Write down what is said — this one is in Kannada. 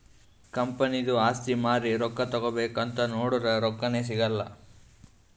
ಕಂಪನಿದು ಆಸ್ತಿ ಮಾರಿ ರೊಕ್ಕಾ ತಗೋಬೇಕ್ ಅಂತ್ ನೊಡುರ್ ರೊಕ್ಕಾನೇ ಸಿಗಲ್ಲ